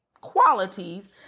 qualities